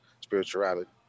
spirituality